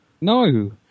No